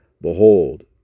behold